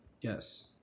yes